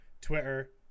twitter